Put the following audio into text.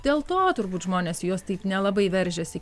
dėl to turbūt žmonės jos taip nelabai veržiasi į